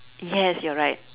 yes you're right